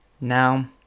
Now